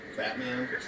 Batman